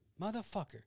Motherfucker